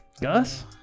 Gus